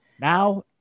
Now